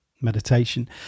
meditation